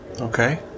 Okay